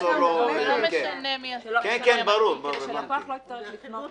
כדי שהלקוח לא יצטרך לפנות קונקרטית.